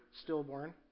stillborn